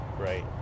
right